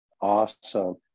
Awesome